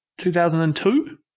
2002